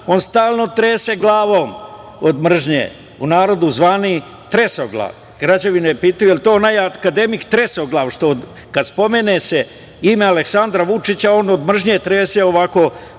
On stalno trese glavom od mržnje, u narodu zvani – tresoglav. Građani me pitaju – da li je to onaj akademik, tresoglav, što kada se spomenete ime Aleksandra Vučića, on od mržnje trese glavom.